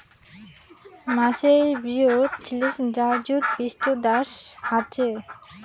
মাছের বৃহৎ শ্লেষ্মাযুত পৃষ্ঠদ্যাশ আচে